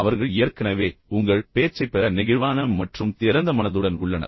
அவர்கள் ஏற்கனவே உங்கள் பேச்சைப் பெற நெகிழ்வான மற்றும் திறந்த மனதுடன் உள்ளனர்